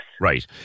Right